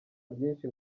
byinshi